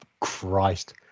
Christ